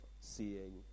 seeing